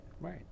Right